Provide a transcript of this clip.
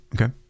Okay